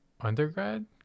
undergrad